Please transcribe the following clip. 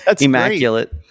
immaculate